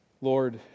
Lord